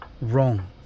wrong